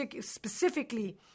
specifically